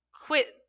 quit